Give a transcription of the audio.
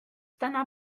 täna